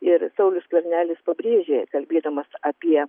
ir saulius skvernelis pabrėžė kalbėdamas apie